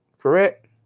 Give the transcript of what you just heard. correct